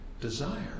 desire